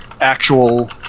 actual